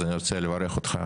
אז אני רוצה לברך אותך,